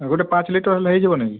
ଗୋଟେ ପାଞ୍ଚ ଲିଟର୍ ହେଲେ ହେଇଯିବନି କି